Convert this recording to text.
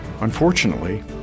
Unfortunately